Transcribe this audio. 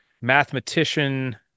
mathematician